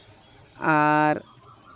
ᱟᱨ